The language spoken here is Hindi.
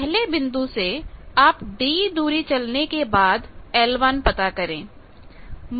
पहले बिंदु से आप d दूरी चलने के बाद l1 पता करें